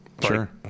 Sure